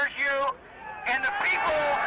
you and the people